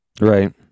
right